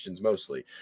mostly